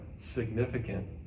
significant